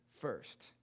first